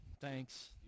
Thanks